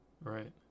Right